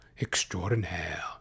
extraordinaire